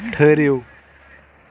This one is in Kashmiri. ٹھٕرِو